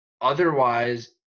Otherwise